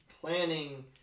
planning